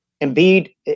Embiid